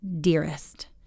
dearest